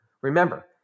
remember